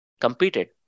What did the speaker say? competed